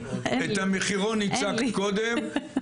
את המחירון הצגת קודם,